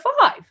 five